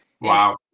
wow